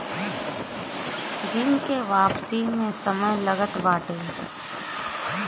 ऋण के वापसी में समय लगते बाटे